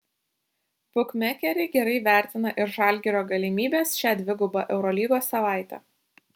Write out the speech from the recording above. bukmekeriai gerai vertina ir žalgirio galimybes šią dvigubą eurolygos savaitę